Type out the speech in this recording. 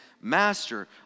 Master